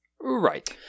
Right